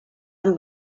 amb